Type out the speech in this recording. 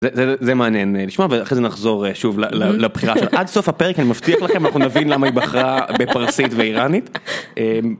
זה, זה מעניין. נשמע ואחרי זה נחזור שוב לבחירה שלך. עד סוף הפרק אני מבטיח לכם אנחנו נבין למה היא בחרה בפרסית ואיראנית.